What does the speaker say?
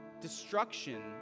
destruction